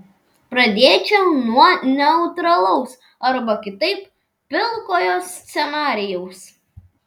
pradėčiau nuo neutralaus arba kitaip pilkojo scenarijaus